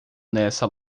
nessa